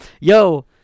Yo